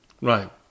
Right